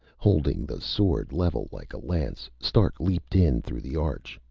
holding the sword level like a lance, stark leaped in through the arch,